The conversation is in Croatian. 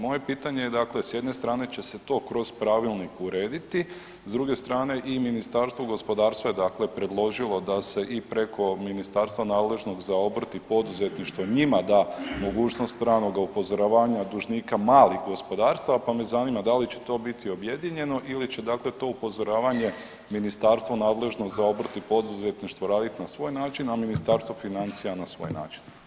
Moje pitanje je dakle s jedne strane će se to kroz pravilnik urediti, s druge strane i Ministarstvo gospodarstva je dakle predložilo da se i preko ministarstva nadležnog za obrt i poduzetništvo njima da mogućnost ranoga upozoravanja dužnika malih gospodarstva, pa me zanima da li će to biti objedinjeno ili će dakle to upozoravanje ministarstvo nadležno za obrt i poduzetništvo radit na svoj način, a Ministarstvo financija na svoj način.